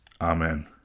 Amen